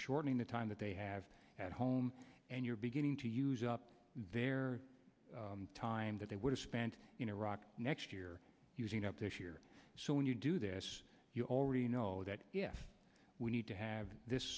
shortening the time that they have at home and you're beginning to use up their time that they would have spent in iraq next year using up this year so when you do this you already know that yes we need to have this